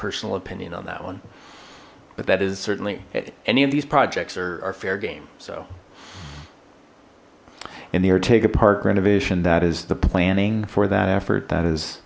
personal opinion on that one but that is certainly any of these projects are fair game so in the ortega park renovation that is the planning for that effort that is